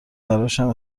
تراشم